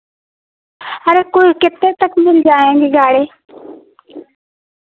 अरे कुल कितने तक मिल जाएंगे गाड़ी